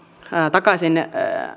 takaisin